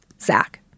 Zach